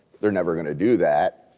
they're never going to do that.